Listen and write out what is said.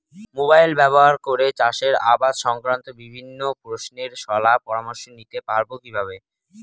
Mobile ব্যাবহার করে চাষের আবাদ সংক্রান্ত বিভিন্ন প্রশ্নের শলা পরামর্শ নিতে পারবো কিভাবে?